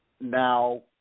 now